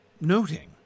noting